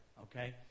Okay